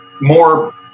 more